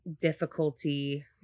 difficulty